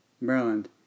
Maryland